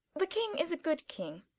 the king is a good king,